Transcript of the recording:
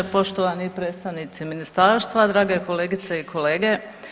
Poštovani predstavnici Ministarstva, drage kolegice i kolege.